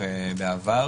ולכן